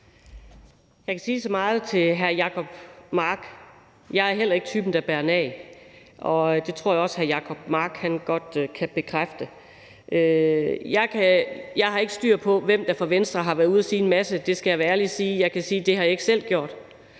Jeg kan sige så meget til hr. Jacob Mark, at jeg heller ikke er typen, der bærer nag, og det tror jeg også at hr. Jacob Mark godt kan bekræfte. Jeg har ikke styr på, hvem det er fra Venstre, der har været ude at sige en masse ting. Jeg skal være ærlig og sige, at det har jeg ikke selv gjort.